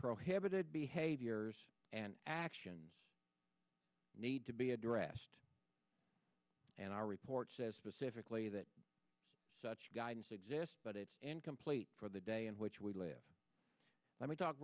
prohibited behaviors and actions need to be addressed and our report says specifically that such guidance exists but it's incomplete for the day in which we live let me talk